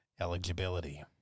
eligibility